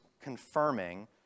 confirming